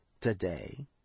today